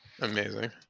Amazing